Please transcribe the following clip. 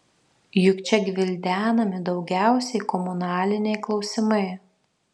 juk čia gvildenami daugiausiai komunaliniai klausimai